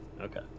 okay